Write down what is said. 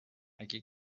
اگه